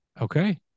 Okay